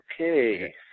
Okay